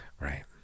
Right